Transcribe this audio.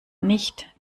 nicht